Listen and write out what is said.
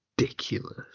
ridiculous